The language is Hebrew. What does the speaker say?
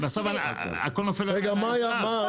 בסוף הכול נופל על היצרן.